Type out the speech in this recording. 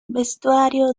vestuario